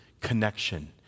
connection